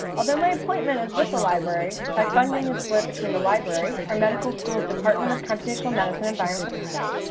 although my appointment is with the library by funding a split between the library, our medical schools department of computational medicine and bioinformatics,